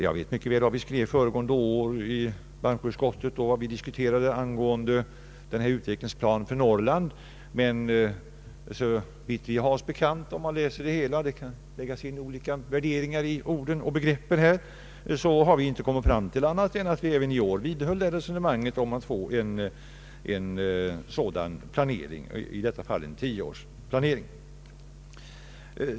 Jag vet mycket väl vad vi skrev i bankoutskottet föregående år och vad vi diskuterade angående utvecklingsplanen för Norrland, men såvitt vi har oss bekant — det kan läggas in olika värderingar i begreppen — har vi inte kunnat komma fram till något annat än att även i år vidhålla resonemanget om att vi bör få en tioårsplanering.